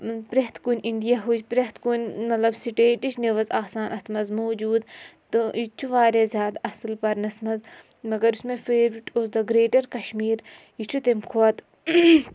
پرٛٮ۪تھ کُنہِ اِنڈیاہٕچ پرٛٮ۪تھ کُنہِ مطلب سٹیٹٕچ نِوٕز آسان اَتھ منٛز موٗجوٗد تہٕ یہِ تہِ چھُ واریاہ زیادٕ اَصٕل پَرنَس منٛز مگر یُس مےٚ فیورِٹ اوس دَ گرٛیٹَر کَشمیٖر یہِ چھُ تَمہِ کھۄتہٕ